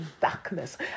darkness